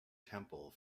temple